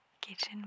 kitchen